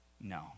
No